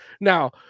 now